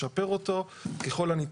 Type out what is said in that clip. לשפר אותו ככל הניתן.